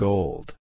Gold